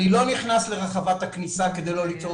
אני לא נכנס לרחבת הכניסה כדי לא ליצור